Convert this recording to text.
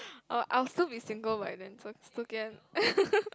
oh I will still be single by then so still can